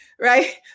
right